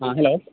ہاں ہیلو